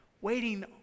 waiting